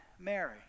Mary